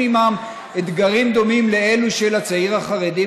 עימם אתגרים דומים לאלה של הצעיר החרדי,